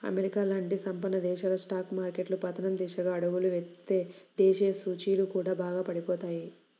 America లాంటి సంపన్న దేశాల స్టాక్ మార్కెట్లు పతనం దిశగా అడుగులు వేస్తే దేశీయ సూచీలు కూడా బాగా పడిపోతాయి